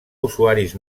usuaris